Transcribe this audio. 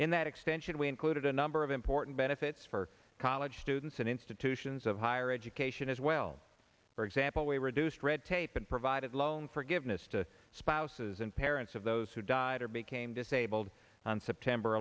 in that extension we included a number of important benefits for college students and institutions of higher education as well for example we reduced red tape and provided loan forgiveness to spouses and parents of those who died or became disabled on september